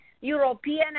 European